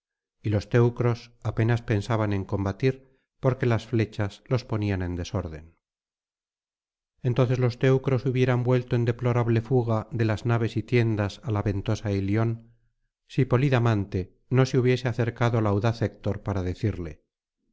y los teucros apenas pensaban en combatir porque las flechas los ponían en desorden entonces los teucros hubieran vuelto en deplorable fuga de las naves y tiendas á la ventosa ilion si polidamante no se hubiese acercado al audaz héctor para decirle